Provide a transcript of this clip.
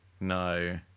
No